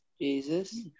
Jesus